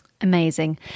Amazing